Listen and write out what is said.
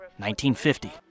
1950